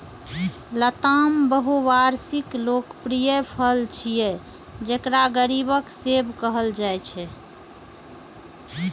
लताम बहुवार्षिक लोकप्रिय फल छियै, जेकरा गरीबक सेब कहल जाइ छै